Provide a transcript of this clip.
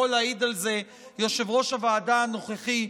ויכול להעיד על זה יושב-ראש הוועדה הנוכחי,